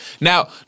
now